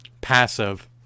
passive